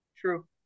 True